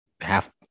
half